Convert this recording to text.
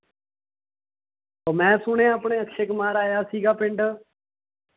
ਮੈਂ ਸੁਣਿਆ ਆਪਣੇ ਅਕਸ਼ੈ ਕੁਮਾਰ ਆਇਆ ਸੀ ਪਿੰਡ